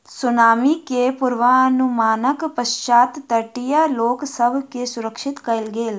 tsunami के पुर्वनुमानक पश्चात तटीय लोक सभ के सुरक्षित कयल गेल